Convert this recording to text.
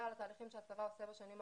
על התהליכים שהצבא עושה בשנים האחרונות,